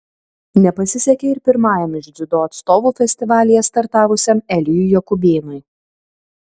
nepasisekė ir pirmajam iš dziudo atstovų festivalyje startavusiam elijui jokubėnui